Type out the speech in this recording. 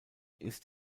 ist